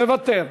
מוותר,